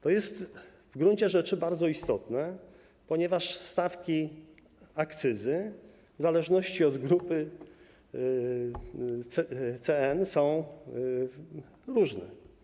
To jest w gruncie rzeczy bardzo istotne, ponieważ stawki akcyzy w zależności od grupy CN są różne.